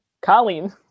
Colleen